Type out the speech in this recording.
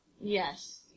yes